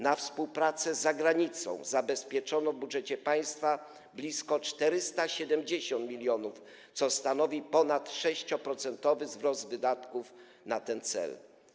Na współpracę z zagranicą zabezpieczono w budżecie państwa blisko 470 mln zł, co stanowi ponad 6-procentowy wzrost wydatków na ten cel.